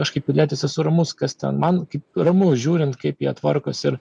aš kaip pilietis esu ramus kas ten man kaip ramu žiūrint kaip jie tvarkos ir